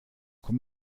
komm